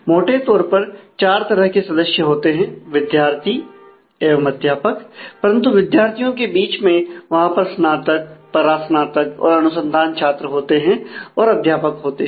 मोटे तौर पर 4 तरह के सदस्य होते हैं विद्यार्थी एवं अध्यापक परंतु विद्यार्थियों के बीच में वहां पर स्नातक परास्नातक और अनुसंधान छात्र होते हैं और अध्यापक होते हैं